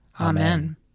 Amen